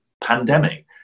pandemic